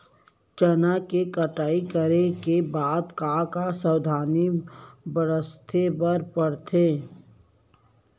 चना के कटाई करे के बाद का का सावधानी बरते बर परथे?